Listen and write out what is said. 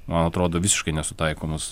man atrodo visiškai nesutaikomus